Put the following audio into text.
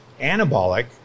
Anabolic